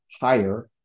higher